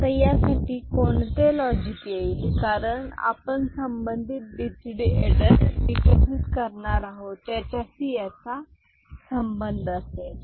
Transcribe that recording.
आता यासाठी कोणते लॉजिक येईल कारण आपण संबंधित बीसीडी एडर विकसित करणार आहोत त्याच्याशी याचा संबंध असेल